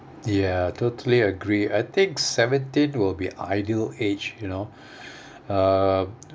ya totally agree I think seventeen will be ideal age you know uh